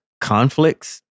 conflicts